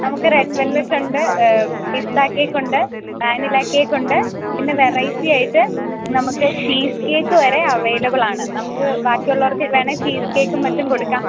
നമുക്ക് റെഡ് വെൽവെറ്റുണ്ട് പിസ്താ കേക്കുണ്ട് വാനില കേക്കുണ്ട് പിന്നെ വെറൈറ്റി ആയിട്ട് നമുക്ക് ചീസ് കേക്ക് വരെ അവൈലബിളാണ് നമുക്ക് ബാക്കിയുള്ളവർക്ക് വേണമെങ്കിൽ ചീസ് കേക്കും മറ്റും കൊടുക്കാം